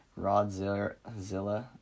Rodzilla